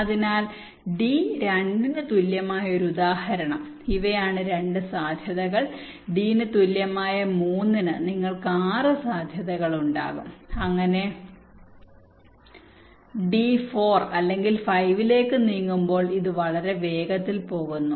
അതിനാൽ d 2 ന് തുല്യമായ ഒരു ഉദാഹരണം ഇവയാണ് 2 സാധ്യതകൾ d ന് തുല്യമായ 3 ന് നിങ്ങൾക്ക് 6 സാധ്യതകൾ ഉണ്ടാകും അങ്ങനെ d 4 അല്ലെങ്കിൽ 5 ലേക്ക് നീങ്ങുമ്പോൾ ഇത് വളരെ വേഗത്തിൽ പോകുന്നു